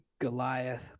Goliath